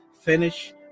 finish